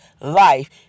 life